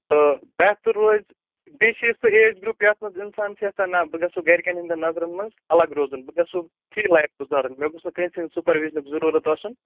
تہٕ بہتر روزِ بیٚیہِ چھِ یہِ سُہ ایج گرُپ یَتھ منٛز اِنسان چھِ یَژھان نا بہٕ گژھو گَرِکٮ۪ن ہِنٛدٮ۪ن نظرَن منٛز الگ روزُن بہٕ گژھو فِرٛی لایف گُزارٕنۍ مےٚ گوٚژھ نہٕ کٲنٛسہِ ہِنٛزِ سُپَروِجنُک ضروٗرت آسُن